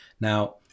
Now